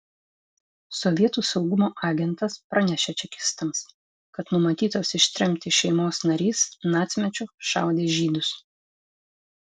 sovietų saugumo agentas pranešė čekistams kad numatytos ištremti šeimos narys nacmečiu šaudė žydus